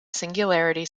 singularity